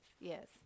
Yes